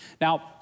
Now